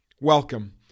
Welcome